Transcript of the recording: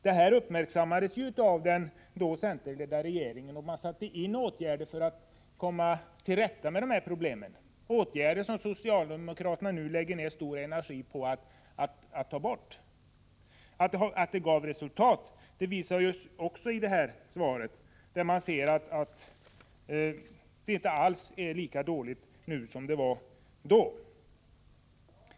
Det här uppmärksammades av den då centerledda regeringen, och man satte in åtgärder för att komma till rätta med problemen — åtgärder som socialdemokraterna nu lägger ner stor energi på att ta bort. Att det gav resultat visar också det här svaret, man ser att läget inte alls är lika dåligt nu som det var då.